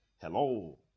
Hello